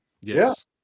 Yes